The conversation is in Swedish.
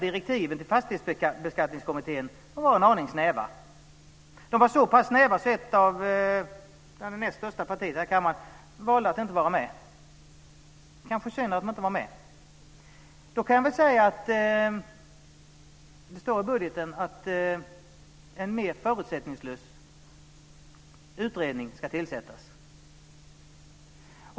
Direktiven till Fastighetsbeskattningskommittén var en aning snäva - ja, så pass snäva att det näst största partiet i denna kammare valde att inte vara med, och det är kanske synd. I budgeten står det att en mer förutsättningslös utredning ska tillsättas.